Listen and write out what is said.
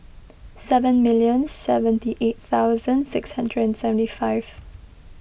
seven million seventy eight thousand six hundred and seventy five